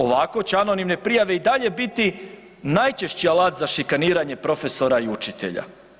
Ovako će anonimne prijave i dalje biti najčešći alat za šikaniranje profesora i učitelja.